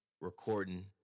recording